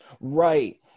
right